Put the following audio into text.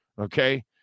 okay